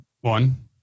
One